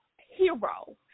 hero